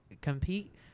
compete